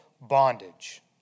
bondage